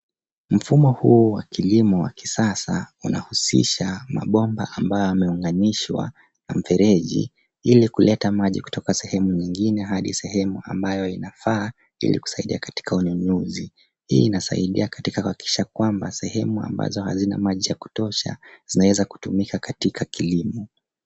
Mfumo huu wa kilimo wa kisasa unahusisha mabomba ambayo yameunganishwa na mfereji ili kuleta maji kutoka sehemu nyingine hadi sehemu ambayo inafaa ili kusaidia katika unyunyuzi. Pia inasaidia katika kuhakikisha kwamba, sehemu ambazo hazina maji ya kutosha zinaweza kutumika katika kilimo.